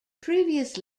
previous